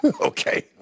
Okay